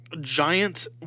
giant